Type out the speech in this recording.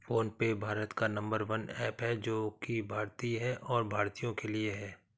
phone पे भारत का number one app है जो की भारतीय है और भारतीयों के लिए है